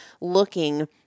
looking